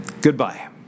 Goodbye